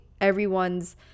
everyone's